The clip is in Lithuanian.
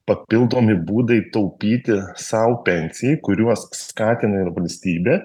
papildomi būdai taupyti sau pensijai kuriuos skatina ir valstybė